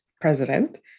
president